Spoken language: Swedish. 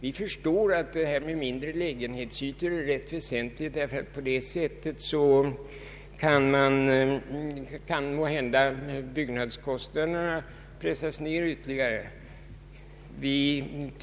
Vi förstår att frågan om mindre lägenhetsytor är rätt väsentlig, eftersom byggnadskostnaderna måhända därigenom pressas ned.